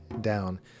down